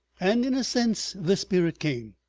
and in a sense the spirit came.